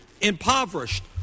impoverished